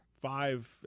five